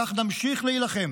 כך נמשיך להילחם